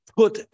put